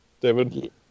David